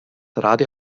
radio